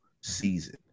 season